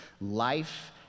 Life